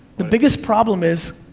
the biggest problem is,